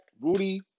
Rudy